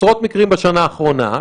עשרות מקרים בשנה האחרונה,